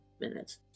minutes